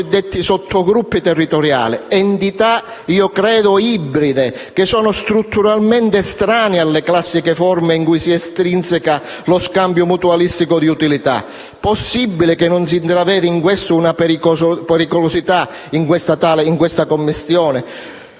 cosiddetti sottogruppi territoriali, entità ibride che sono strutturalmente estranee alle classiche forme in cui si estrinseca lo scambio mutualistico di utilità. Possibile che non si intravede la pericolosità di una tale commistione?